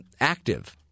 active